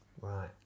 right